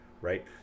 right